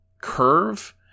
curve